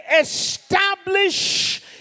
establish